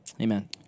Amen